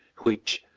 which,